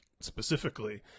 specifically